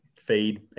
feed